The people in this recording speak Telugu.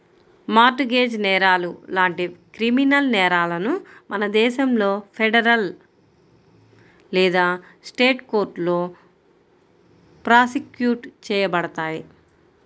మార్ట్ గేజ్ నేరాలు లాంటి క్రిమినల్ నేరాలను మన దేశంలో ఫెడరల్ లేదా స్టేట్ కోర్టులో ప్రాసిక్యూట్ చేయబడతాయి